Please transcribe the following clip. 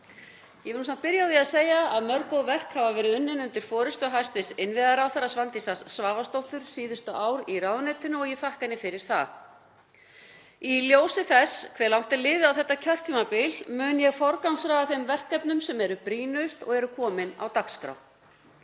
Ég vil byrja á því að segja að mörg góð verk hafa verið unnin undir forystu hæstv. innviðaráðherra Svandísar Svavarsdóttur síðustu ár í ráðuneytinu og ég þakka henni fyrir það. Í ljósi þess hve langt er liðið á þetta kjörtímabil mun ég forgangsraða þeim verkefnum sem eru brýnust og eru komin á dagskrá.